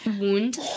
wound